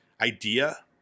idea